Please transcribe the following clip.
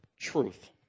truth